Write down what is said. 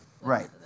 right